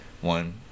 one